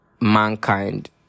mankind